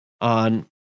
on